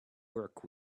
work